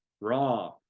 raw